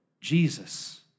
Jesus